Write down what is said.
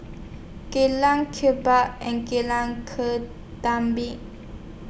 Jalan and Jalan Ketumbit